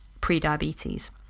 pre-diabetes